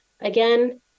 again